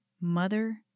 Mother